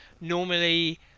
normally